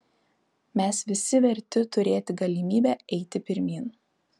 mes visi verti turėti galimybę eiti pirmyn